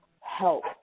help